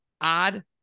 odd